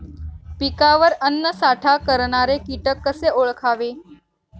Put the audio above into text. पिकावर अन्नसाठा करणारे किटक कसे ओळखावे?